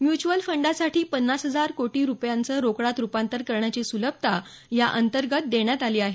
mutual फंडांसाठी पन्नास हजार कोटी रुपयांचं रोकडात रुपांतर करण्याची सुलभता या अंतर्गत देण्यात आली आहे